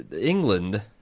England